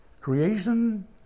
Creation